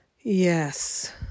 Yes